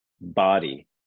body